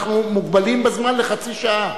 אנחנו מוגבלים בזמן לחצי שעה.